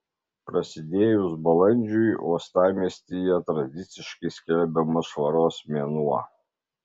prasidėjus balandžiui uostamiestyje tradiciškai skelbiamas švaros mėnuo